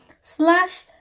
slash